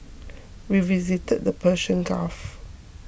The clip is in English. we visited the Persian Gulf